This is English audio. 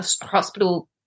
hospital